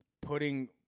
putting